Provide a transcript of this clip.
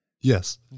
Yes